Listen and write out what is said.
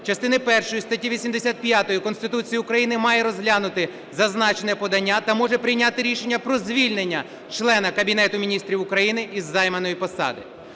частини першої статті 85 Конституції України, має розглянути зазначене подання та може прийняти рішення про звільнення члена Кабінету Міністрів України із займаної посади.